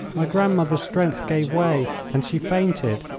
my grandmother's strength gave way, and she fainted.